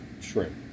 shrimp